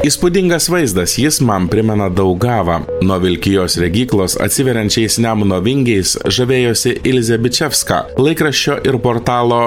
įspūdingas vaizdas jis man primena daugavą nuo vilkijos regyklos atsiveriančiais nemuno vingiais žavėjosi ilzė bičevska laikraščio ir portalo